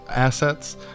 assets